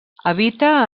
habita